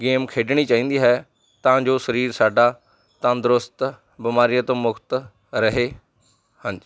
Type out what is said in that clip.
game ਖੇਡਣੀ ਚਾਹੀਦੀ ਹੈ ਤਾਂ ਜੋ ਸਰੀਰ ਸਾਡਾ ਤੰਦਰੁਸਤ ਬਿਮਾਰੀਆਂ ਤੋਂ ਮੁਕਤ ਰਹੇ ਹਾਂਜੀ